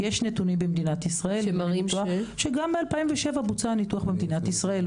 יש נתונים במדינת ישראל שמראים שגם ב-2007 בוצע הניתוח במדינת ישראל,